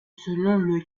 selon